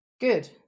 Good